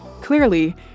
Clearly